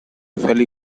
valley